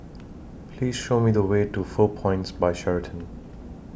Please Show Me The Way to four Points By Sheraton